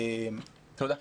תודה.